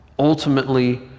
Ultimately